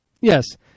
Yes